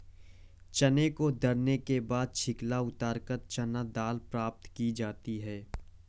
चने को दरने के बाद छिलका उतारकर चना दाल प्राप्त की जाती है